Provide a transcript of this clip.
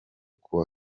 kuwa